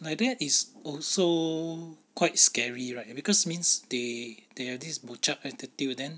like that is also quite scary right because means they they are these bo chup attitude then